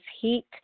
heat